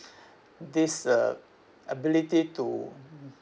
this uh ability to mmhmm